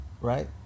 right